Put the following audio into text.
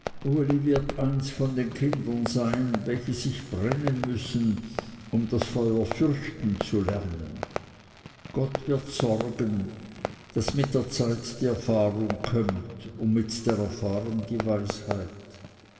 wird eins von den kindern sein welche sich brennen müssen um das feuer fürchten zu lernen gott wird sorgen daß mit der zeit die erfahrung kömmt und mit der erfahrung die weisheit